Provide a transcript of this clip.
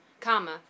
comma